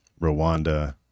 Rwanda